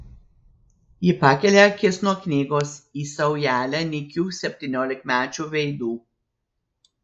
ji pakelia akis nuo knygos į saujelę nykių septyniolikmečių veidų